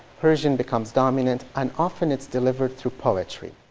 persian becomes dominant and often it's delivered through poetry.